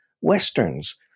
westerns